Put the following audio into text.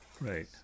Right